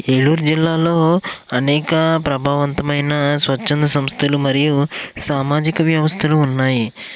ఏలూరు జిల్లాలో అనేక ప్రభావంతమైన స్వచ్చంధ సంస్థలు మరియు సామాజిక వ్యవస్థలు ఉన్నాయి